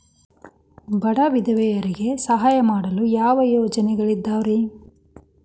ಬಡ ವಿಧವೆಯರಿಗೆ ಸಹಾಯ ಮಾಡಲು ಯಾವ ಯೋಜನೆಗಳಿದಾವ್ರಿ?